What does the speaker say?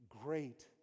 great